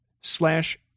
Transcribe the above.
slash